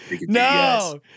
No